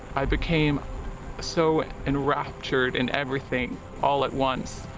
i became so enraptured and everything all at once